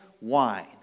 wine